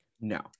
No